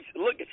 Look